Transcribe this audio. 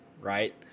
right